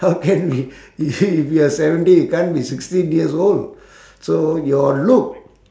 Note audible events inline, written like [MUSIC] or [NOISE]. how can we [NOISE] we are seventy can't be sixteen years old so your look